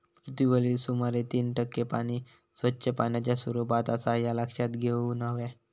पृथ्वीवरील सुमारे तीन टक्के पाणी स्वच्छ पाण्याच्या स्वरूपात आसा ह्या लक्षात घेऊन हव्या